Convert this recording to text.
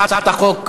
הצעת החוק עברה.